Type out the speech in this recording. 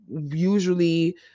usually